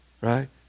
Right